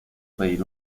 pedir